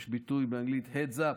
יש ביטוי באנגלית heads up,